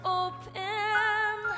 open